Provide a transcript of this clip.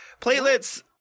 Platelets